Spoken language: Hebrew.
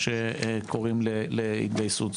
או שקוראים להתגייסות,